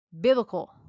biblical